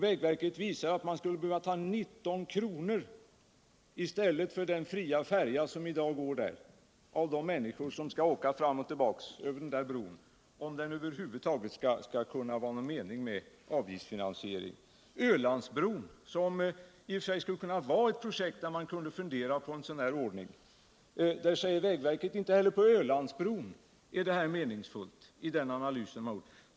Vägverket visar att man av de människor som åker över bron skulle behöva ta 19 kr. i stället för den fria färja som i dag går där, om det över huvud taget skulle vara någon mening med avgiftsfinansiering. Inte heller på Ölandsbron, som i och för sig skulle kunna vara ctt objekt där man kunde fundera på en sådan här ordning, vore en avgiftsbeläggning meningsfull enligt vägverkets analys.